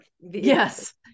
Yes